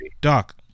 Doc